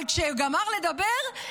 אבל כשהוא גמר לדבר,